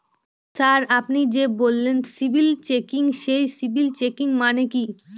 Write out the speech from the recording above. Sir আপনি যে বললেন সিবিল চেকিং সেই সিবিল চেকিং মানে কি?